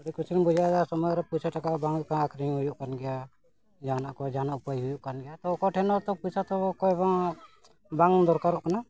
ᱟᱹᱰᱤ ᱠᱩᱥᱤᱞᱤᱧ ᱵᱩᱡᱷᱟᱹᱣ ᱮᱫᱟ ᱥᱚᱢᱚᱭ ᱨᱮ ᱯᱚᱭᱥᱟ ᱴᱟᱠᱟ ᱵᱟᱝ ᱦᱩᱭᱩᱜ ᱠᱷᱟᱱ ᱟᱹᱠᱷᱨᱤᱧ ᱦᱩᱭᱩᱜ ᱠᱟᱱ ᱜᱮᱭᱟ ᱡᱟᱦᱟᱱ ᱠᱚ ᱡᱟᱦᱟᱱ ᱩᱯᱟᱹᱭ ᱦᱩᱭᱩᱜ ᱠᱟᱱ ᱜᱮᱭᱟ ᱛᱚ ᱚᱠᱚᱭ ᱴᱷᱮᱱ ᱦᱚᱸ ᱛᱚ ᱯᱚᱭᱥᱟ ᱛᱚ ᱚᱠᱚᱭ ᱦᱚᱸ ᱵᱟᱝ ᱵᱟᱝ ᱫᱚᱨᱠᱟᱨᱚᱜ ᱠᱟᱱᱟ